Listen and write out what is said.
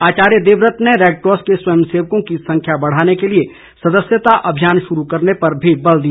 आचार्य देवव्रत ने रेडक्रॉस के स्वयंसेवकों की संख्या बढ़ाने के लिए सदस्यता अभियान शुरू करने पर भी बल दिया